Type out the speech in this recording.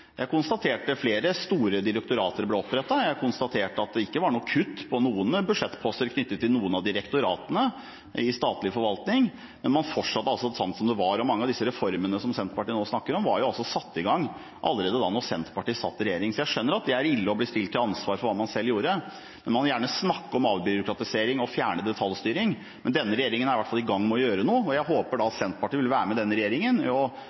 Jeg konstaterer at flere store direktorater ble opprettet. Jeg konstaterer at det ikke var noe kutt i budsjettposter knyttet til noen av direktoratene i statlig forvaltning. Man fortsatte altså slik det var. Mange av de reformene som Senterpartiet nå snakker om, var allerede satt i gang da Senterpartiet satt i regjering. Jeg skjønner at det er ille å bli stilt til ansvar for hva man selv har gjort – man vil gjerne snakke om avbyråkratisering og det å fjerne detaljstyring. Denne regjeringen er i hvert fall i gang med å gjøre noe. Jeg håper at Senterpartiet sammen med denne regjeringen vil være med på å jobbe fram dette arbeidet og